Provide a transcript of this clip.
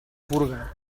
furga